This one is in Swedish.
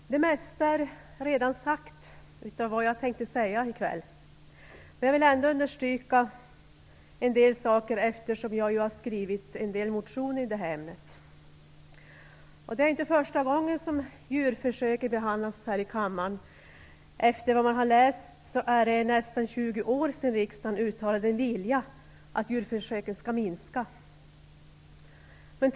Herr talman! Det mesta av vad jag tänkte säga i kväll är redan sagt. Men jag vill ändå understryka en del saker, eftersom jag har skrivit en del motioner i ämnet. Det är inte förstå gången frågan om djurförsöken behandlas här i kammaren. Efter vad jag har läst är det nästan 20 år sedan riksdagen uttalade en vilja att minska djurförsöken.